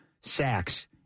sacks